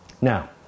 Now